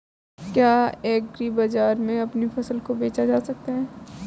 क्या एग्रीबाजार में अपनी फसल को बेचा जा सकता है?